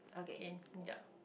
okay ya